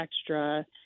extra